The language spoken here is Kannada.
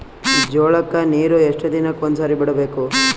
ಜೋಳ ಕ್ಕನೀರು ಎಷ್ಟ್ ದಿನಕ್ಕ ಒಂದ್ಸರಿ ಬಿಡಬೇಕು?